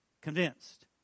convinced